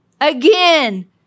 Again